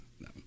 no